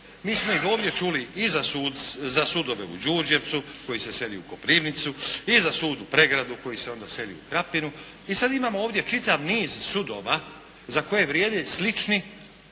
Mi smo evo ovdje čuli i za sudove u Đurđevcu koji se seli u Koprivnicu i za sud u Pregradi koji se onda seli u Krapinu i sada imamo ovdje čitav niz sudova za koje vrijede slični